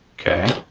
okay,